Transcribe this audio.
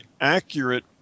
accurate